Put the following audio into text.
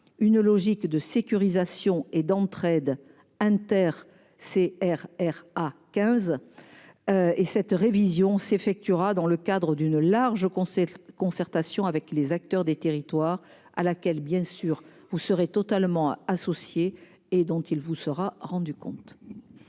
une logique de sécurisation et d'entraide entre les CRRA et le 15. Cette révision s'effectuera dans le cadre d'une large concertation avec les acteurs des territoires, à laquelle vous serez associée et dont il vous sera rendu compte.